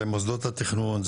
מוסדות התכנון,